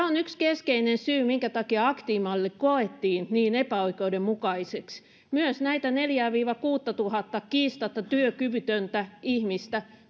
on yksi keskeinen syy minkä takia aktiivimalli koettiin niin epäoikeudenmukaiseksi myös näitä neljätuhatta viiva kuusituhatta kiistatta työkyvytöntä ihmistä